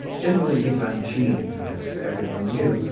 general epanchin, as everyone knew,